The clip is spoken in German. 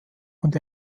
und